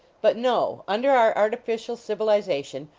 but no under our artificial civiliza tion,